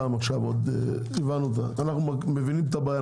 אנחנו מבינים את הבעיה,